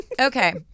Okay